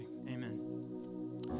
amen